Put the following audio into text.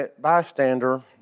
bystander